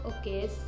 okay